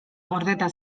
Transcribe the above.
gordeta